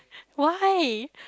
why